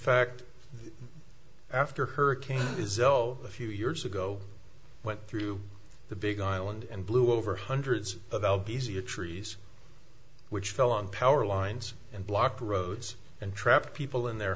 fact after hurricane isabel a few years ago went through the big island and blew over hundreds of l p c a trees which fell on power lines and blocked roads and trapped people in their